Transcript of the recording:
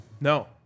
No